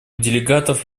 делегатов